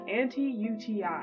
anti-UTI